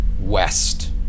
west